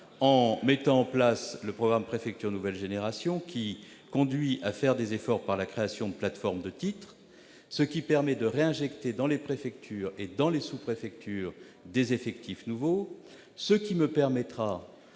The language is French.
en mettant en place le plan Préfectures nouvelle génération, qui conduit à faire des efforts par la création de plateformes de titres. Cela permet de réinjecter dans les préfectures et sous-préfectures des effectifs nouveaux. Les effectifs